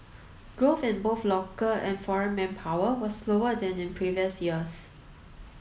growth in both local and foreign manpower was slower than in previous years